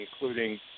including